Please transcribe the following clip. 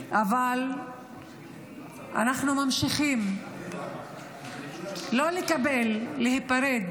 אבל אנחנו ממשיכים לא לקבל להיפרד